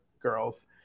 girls